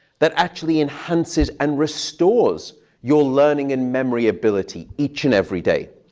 that actually enhances and restores your learning and memory ability each and every day?